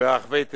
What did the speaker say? ברחבי תבל,